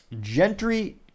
Gentry